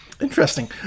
interesting